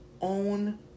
own